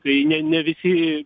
tai ne ne visi